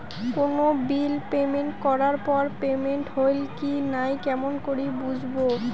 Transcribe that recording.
কোনো bill payment করার পর পেমেন্ট হইল কি নাই কেমন করি বুঝবো?